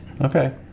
Okay